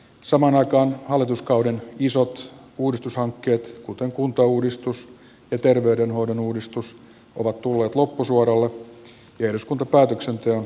samaan aikaan hallituskauden isot uudistushankkeet kuten kuntauudistus ja terveydenhoidon uudistus ovat tulleet loppusuoralle ja eduskuntapäätöksenteon kohteeksi